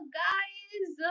guys